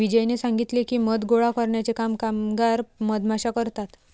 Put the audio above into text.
विजयने सांगितले की, मध गोळा करण्याचे काम कामगार मधमाश्या करतात